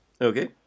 Okay